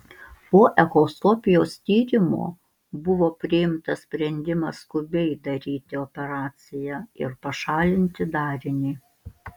po echoskopijos tyrimo buvo priimtas sprendimas skubiai daryti operaciją ir pašalinti darinį